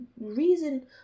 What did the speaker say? reason